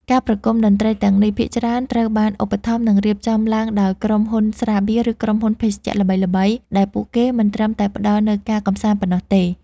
ការប្រគំតន្ត្រីទាំងនេះ ភាគច្រើនត្រូវបានឧបត្ថម្ភ និងរៀបចំឡើងដោយក្រុមហ៊ុនស្រាបៀរ ឬក្រុមហ៊ុនភេសជ្ជៈល្បីៗ ដែលពួកគេមិនត្រឹមតែផ្ដល់នូវការកម្សាន្តប៉ុណ្ណោះទេ។